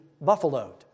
buffaloed